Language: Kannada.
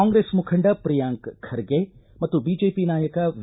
ಕಾಂಗ್ರೆಸ್ ಮುಖಂಡ ಪ್ರಿಯಾಂಕ ಖರ್ಗೆ ಮತ್ತು ಬಿಜೆಪಿ ನಾಯಕ ವಿ